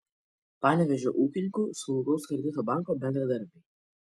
panevėžio ūkininkų smulkaus kredito banko bendradarbiai